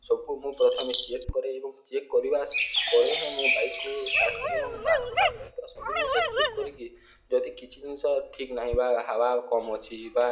ସବୁ ମୁଁ ପ୍ରଥମେ ଚେକ୍ କରେ ଏବଂ ଚେକ୍ କରିବା ପରେ ହିଁ ମୁଁ ବାଇକ୍କୁ ଷ୍ଟାର୍ଟ କରେ ଏବଂ ବାହାରକୁ ବାହାର କରେ ତ ସବୁ ଜିନିଷ ଚେକ୍ କରିକି ଯଦି କିଛି ଜିନିଷ ଠିକ୍ ନାହିଁ ବା ହାବା କମ୍ ଅଛି ବା